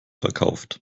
verkauft